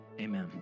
Amen